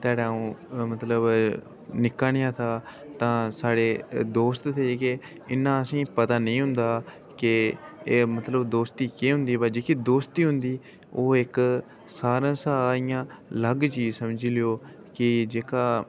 ध्याड़े अ'ऊं मतलब ऐ निक्का नेहा हा तां साढ़े दोस्त हे कि इन्ना असें ई पता नेईं होंदा केह् एह् मतलब दोस्ती केह् होंदी बो जेह्की दोस्ती होंदी ओह् इक सारें शा इ'यां अलग चीज समझी लैओ कि जेह्का